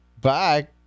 Bye